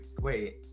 wait